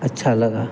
अच्छा लगा